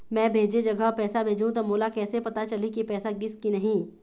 मैं भेजे जगह पैसा भेजहूं त मोला कैसे पता चलही की पैसा गिस कि नहीं?